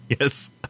Yes